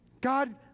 God